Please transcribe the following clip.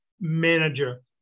manager